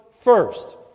first